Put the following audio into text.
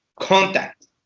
contact